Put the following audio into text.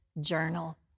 journal